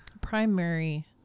primary